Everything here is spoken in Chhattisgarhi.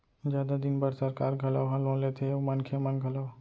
जादा दिन बर सरकार घलौ ह लोन लेथे अउ मनखे मन घलौ